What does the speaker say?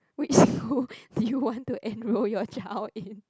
which school do you want to enrol your child in